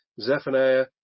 zephaniah